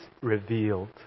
revealed